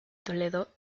toledo